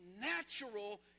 natural